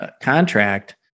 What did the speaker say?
contract